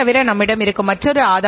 நம்மிடம் உள் பங்குதாரர்கள் உள்ளனர்